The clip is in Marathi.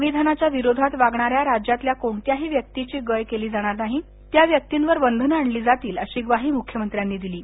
संविधानाच्या विरोधात वागणाऱ्या राज्यातल्या कोणत्याही व्यक्तीची गय केली जाणार नाही त्या व्यक्तींवर बंधनं आणली जातील अशी ग्वाही मुख्यमंत्र्यांनी दिली